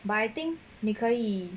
but I think 你可以